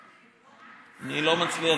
אני לא מצליח,